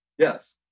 Yes